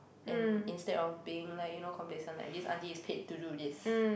and instead of being like you know complacent like this aunty is paid to do this